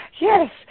Yes